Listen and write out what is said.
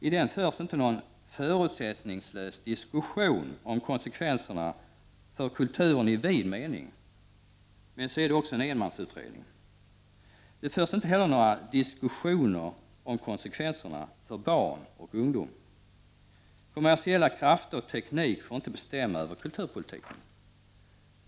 I den förs inte någon förutsättningslös diskussion om konsekvenserna för kulturen i vid mening. Men så är det också en enmansutredning. Det förs inte heller någon diskussion om konsekvenserna för barn och ungdom. Kommersiella krafter och teknik får inte bestämma över kulturpolitiken.